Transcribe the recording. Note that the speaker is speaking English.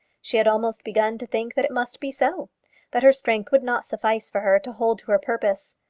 she had almost begun to think that it must be so that her strength would not suffice for her to hold to her purpose.